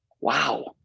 Wow